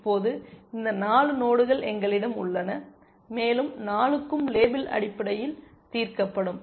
இப்போது இந்த 4 நோடுகள் எங்களிடம் உள்ளன மேலும் 4 க்கும் லேபிள் அடிப்படையில் தீர்க்கப்படும்